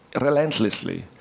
relentlessly